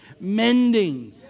mending